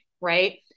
Right